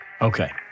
Okay